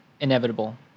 inevitable